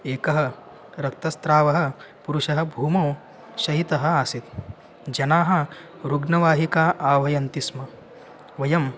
एकः रक्तस्रावः पुरुषः भूमौ शयितः आसीत् जनाः रुग्णवाहिकाम् आह्वयन्ति स्म वयं